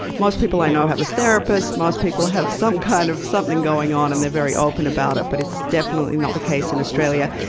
most people i know have a therapist, most people have some kind of something going on, and they're very open about it. but it's definitely not the case in australia.